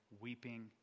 weeping